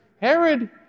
Herod